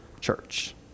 church